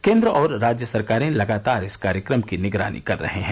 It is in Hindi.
केंद्र और राज्य सरकारें लगातार इस कार्यक्रम की निगरानी कर रहे है